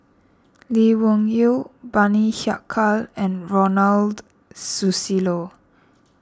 Lee Wung Yew Bani Haykal and Ronald Susilo